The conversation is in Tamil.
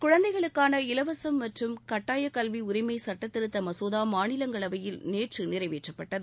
குழந்தைகளுக்கான இலவசம் மற்றும் கட்டாய கல்வி உரிமை சட்டத் திருத்த மசோதா மாநிலங்களவையில் நேற்று நிறைவேற்றப்பட்டது